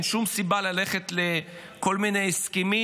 אין שום סיבה ללכת לכל מיני הסכמים,